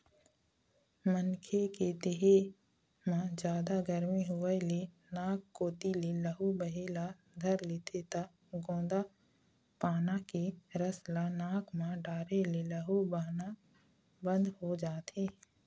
मनखे के देहे म जादा गरमी होए ले नाक कोती ले लहू बहे ल धर लेथे त गोंदा पाना के रस ल नाक म डारे ले लहू बहना बंद हो जाथे